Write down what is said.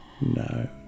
No